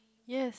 yes